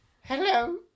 Hello